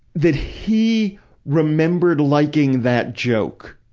that he remembered liking that joke,